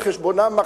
על חשבונם,